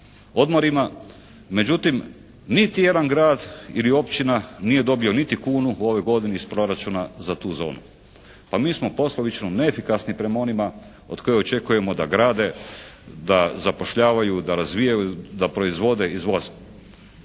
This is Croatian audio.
odmorima. Međutim niti jedan grad niti općina nije dobio niti kunu u ovoj godini iz proračuna za tu zonu. Pa mi smo poslovično neefikasni prema onima od kojih očekujemo da grade, da zapošljavaju, da razvijaju, da proizvode i izvoze.